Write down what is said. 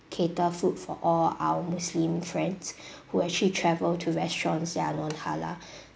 cater food for all our muslim friends who actually travel to restaurants that are non-halal